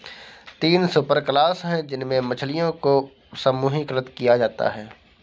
तीन सुपरक्लास है जिनमें मछलियों को समूहीकृत किया जाता है